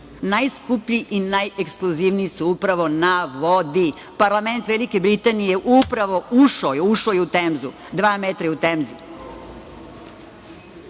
Najskuplji i najekskluzivniji su upravo na vodi. Parlament Velike Britanije je upravo ušao u Temzu, dva metra je u Temzi. Što